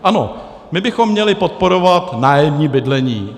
Ano, my bychom měli podporovat nájemní bydlení.